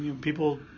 people